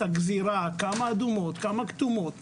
הגזירה כמה ערים אדומות וכמה ערים כתומות יש,